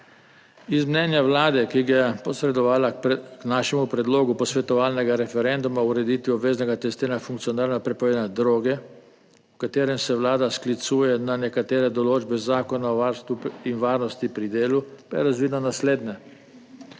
Iz mnenja Vlade, ki ga je posredovala k našemu predlogu posvetovalnega referenduma o ureditvi obveznega testiranja funkcionarjev na prepovedane droge, v katerem se Vlada sklicuje na nekatere določbe Zakona o varstvu in varnosti pri delu, pa je razvidno naslednje.